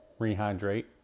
rehydrate